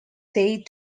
said